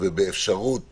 באפשרות